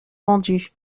vendus